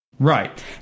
Right